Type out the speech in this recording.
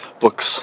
Books